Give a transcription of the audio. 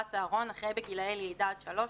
החוק) ובאישור ועדה של הכנסת או לאחר שהתקיים האמור בסעיף 4(ד)(2)(א)